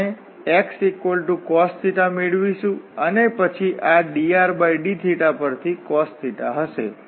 આપણે xcos મેળવીશું અને પછી આ drdθ પરથી cos હશે